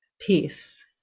peace